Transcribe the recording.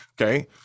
Okay